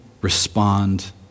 respond